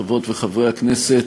חברות וחברי הכנסת,